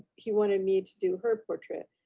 he wanted me to do her portrait,